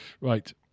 Right